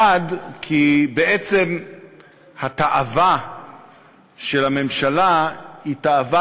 1. כי בעצם התאווה של הממשלה היא תאווה